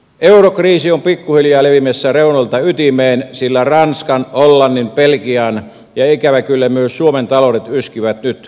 eurokriisi on pikkuhiljaa leviämässä reunoilta ytimeen sillä ranskan hollannin belgian ja ikävä kyllä myös suomen taloudet yskivät nyt aika pahasti